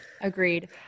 Agreed